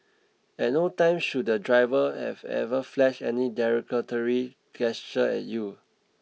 at no time should the driver have ever flashed any derogatory gesture at you